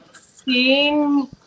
seeing